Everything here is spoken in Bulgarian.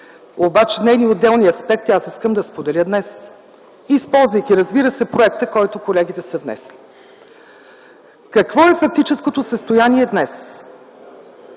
обаче нейни отделни аспекти аз искам да споделя днес, използвайки проекта, който колегите са внесли. Какво е фактическото състояние днес?